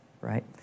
right